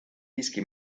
dischi